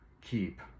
keep